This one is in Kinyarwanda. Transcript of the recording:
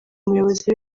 umuyobozi